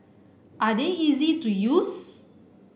are they easy to use